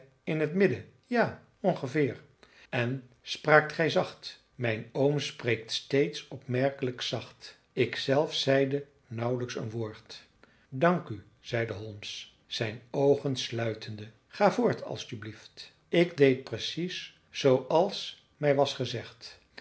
in t midden ja ongeveer en spraakt gij zacht mijn oom spreekt steeds opmerkelijk zacht ik zelf zeide nauwelijks een woord dank u zeide holmes zijn oogen sluitende ga voort als t u blieft ik deed precies zooals mij was gezegd